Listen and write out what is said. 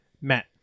Matt